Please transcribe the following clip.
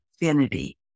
infinity